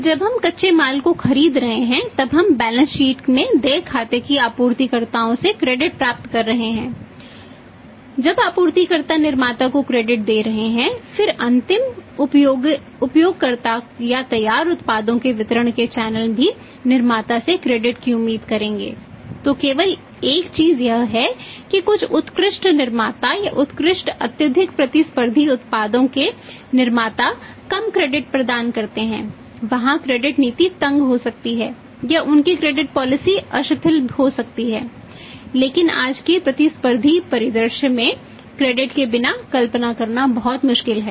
जब आपूर्तिकर्ता निर्माता को क्रेडिट के बिना कल्पना करना बहुत मुश्किल है